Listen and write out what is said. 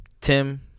Tim